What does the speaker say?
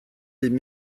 bum